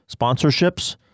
sponsorships